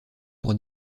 pour